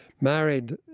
married